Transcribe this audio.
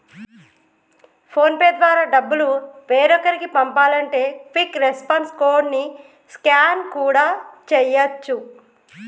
phone pay ద్వారా డబ్బులు వేరొకరికి పంపాలంటే క్విక్ రెస్పాన్స్ కోడ్ ని స్కాన్ కూడా చేయచ్చు